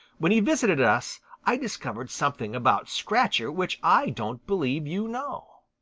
when he visited us i discovered something about scratcher which i don't believe you know.